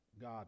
God